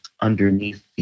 underneath